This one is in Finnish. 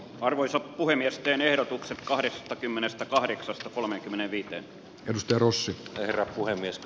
arvoisa puhemies teen ehdotuksen kahdestakymmenestäkahdeksasta kolmenkymmenenviiden justin russli herra puhemies